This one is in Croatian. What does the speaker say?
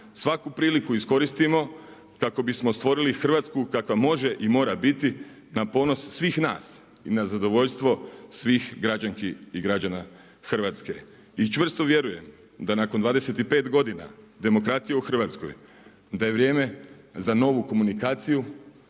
svaku priliku iskoristimo kako bismo stvorili Hrvatsku kakva može i mora biti na ponos svih nas i na zadovoljstvo svih građanki i građana Hrvatske. I čvrsto vjerujem da nakon 25 godina demokracije u Hrvatskoj da je vrijeme za novu komunikaciju,